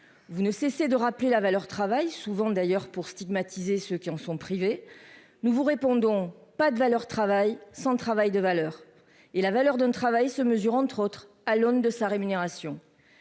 vous ne cessez de rappeler la valeur travail, souvent d'ailleurs pour stigmatiser ceux qui en sont privés, nous vous répondons pas de valeur travail sans travail de valeurs et la valeur d'un travail se mesure, entre autres, à l'aune de sa rémunération